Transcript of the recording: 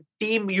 team